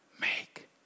Make